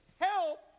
help